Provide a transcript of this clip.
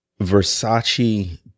Versace